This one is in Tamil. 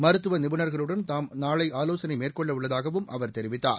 மருத்துவ நிபுணர்களுடன் தாம் நாளை ஆலோசனை மேற்கொள்ள உள்ளதாகவும் அவர் தெரிவித்தார்